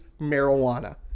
marijuana